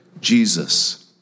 Jesus